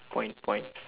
point point